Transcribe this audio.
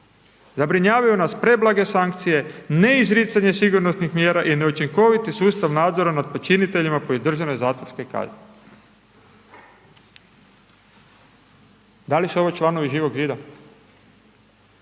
Zabrinjavaju nas preblage sankcije, ne izricanje sigurnosnih mjera i neučinkoviti sustav nadzora nad počiniteljima …/Govornik se ne razumije./… zatvorske kazne. Da li su ovo članovi Živog zida?